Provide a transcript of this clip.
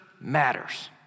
matters